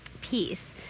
peace